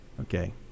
okay